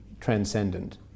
transcendent